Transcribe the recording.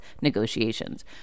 negotiations